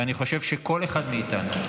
ואני חושב שכל אחד מאיתנו,